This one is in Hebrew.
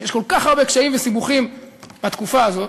יש כל כך הרבה קשיים וסיבוכים בתקופה הזאת,